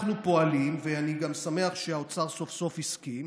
אנחנו פועלים, ואני גם שמח שהאוצר סוף-סוף הסכים,